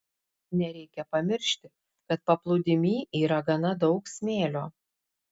nereikia pamiršti kad paplūdimy yra gana daug smėlio